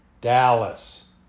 Dallas